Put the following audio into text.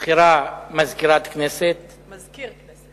נבחרה מזכירת הכנסת, מזכיר הכנסת.